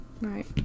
right